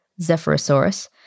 Zephyrosaurus